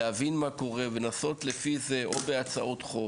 להבין מה קורה ולנסות לפי זה או בהצעות חוק